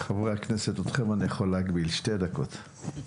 אתכם אני יכול להגביל שתי דקות.